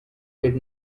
did